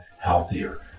healthier